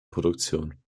produktion